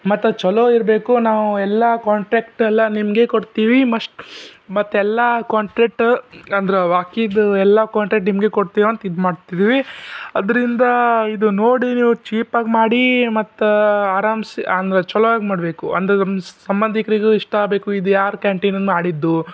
ಮತ್ತು ಅದು ಚಲೋ ಇರಬೇಕು ನಾವು ಎಲ್ಲ ಕಾಂಟ್ರಾಕ್ಟ್ ಎಲ್ಲ ನಿಮಗೇ ಕೊಡ್ತೀವಿ ಮಸ್ಟ್ ಮತ್ತೆಲ್ಲ ಕಾಂಟ್ರಾಕ್ಟ ಅಂದ್ರೆ ಬಾಕಿದು ಎಲ್ಲ ಕಾಂಟ್ರಾಕ್ಟ್ ನಿಮಗೇ ಕೊಡ್ತೀವಿ ಅಂತ ಇದು ಮಾಡ್ತಿದ್ದೀವಿ ಅದರಿಂದ ಇದು ನೋಡಿ ನೀವು ಚೀಪಾಗಿ ಮಾಡಿ ಮತ್ತು ಅರಾಮ್ಸ್ ಅಂದರೆ ಚಲೋ ಆಗಿ ಮಾಡಬೇಕು ಅಂದರೆ ಸಂಬಂಧಿಕರಿಗೂ ಇಷ್ಟ ಆಗ್ಬೇಕು ಇದು ಯಾರ ಕ್ಯಾಂಟಿನಲ್ಲಿ ಮಾಡಿದ್ದು